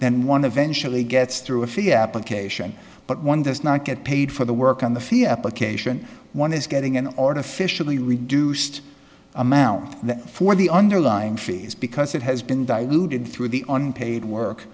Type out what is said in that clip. then one eventual a gets through a fee application but one does not get paid for the work on the fia application one is getting an artificially reduced amount for the underlying fees because it has been diluted through the unpaid work